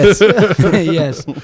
yes